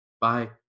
bye